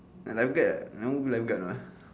life guard ah I don't want life guard mah